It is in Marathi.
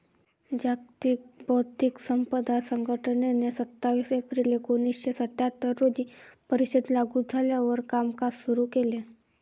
जागतिक बौद्धिक संपदा संघटनेने सव्वीस एप्रिल एकोणीसशे सत्याहत्तर रोजी परिषद लागू झाल्यावर कामकाज सुरू केले